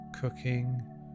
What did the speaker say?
cooking